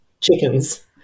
chickens